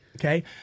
Okay